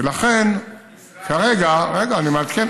ולכן, כרגע, ישראל, רגע, אני מעדכן.